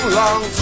long